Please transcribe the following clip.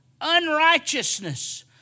Unrighteousness